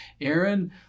Aaron